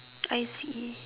I see